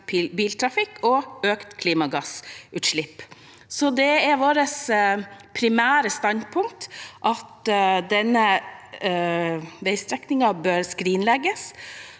biltrafikk og økte klimagassutslipp. Det er vårt primærstandpunkt at denne veistrekningen bør skrinlegges,